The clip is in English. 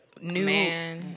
new